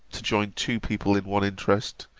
to join two people in one interest,